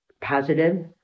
positive